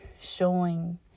showing